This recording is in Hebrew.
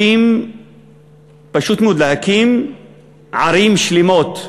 פשוט מאוד, להקים ערים שלמות,